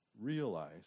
realize